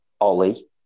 Ollie